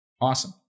Awesome